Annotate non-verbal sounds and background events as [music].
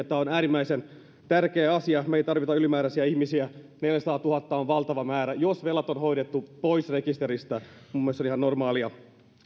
[unintelligible] tämä on äärimmäisen tärkeä asia me emme tarvitse ylimääräisiä ihmisiä neljäsataatuhatta on valtava määrä jos velat on hoidettu pois rekisteristä minun mielestäni se on ihan normaalia